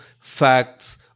facts